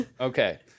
Okay